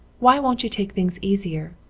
why won't you take things easier?